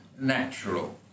natural